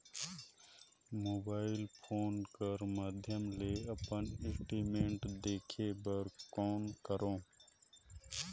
Mobile phone कर माध्यम ले अपन स्टेटमेंट देखे बर कौन करों?